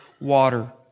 water